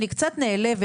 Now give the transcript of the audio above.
אני קצת נעלבת,